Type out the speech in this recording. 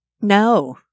No